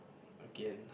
again